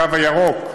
הקו הירוק,